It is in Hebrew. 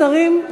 אין שר באולם.